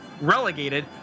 relegated